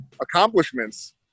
accomplishments